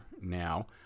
now